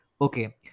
okay